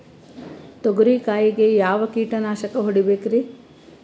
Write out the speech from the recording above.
ತೊಗರಿ ಕಾಯಿಗೆ ಯಾವ ಕೀಟನಾಶಕ ಹೊಡಿಬೇಕರಿ?